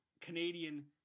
Canadian